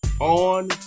on